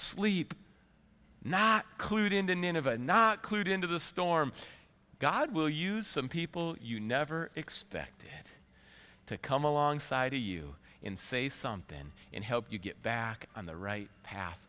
nineveh not clued into the storm god will use some people you never expected to come alongside to you in say something and help you get back on the right path